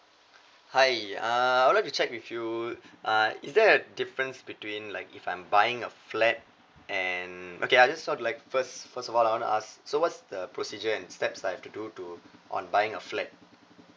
hi uh I would like to check with you uh is there a difference between like if I'm buying a flat and okay I just sort like first first of all I want to ask so what's the procedure and steps I have to do to on buying a flat